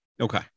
Okay